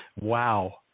Wow